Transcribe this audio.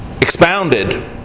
expounded